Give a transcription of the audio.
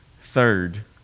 third